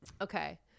Okay